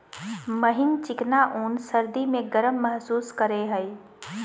महीन चिकना ऊन सर्दी में गर्म महसूस करेय हइ